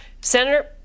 Senator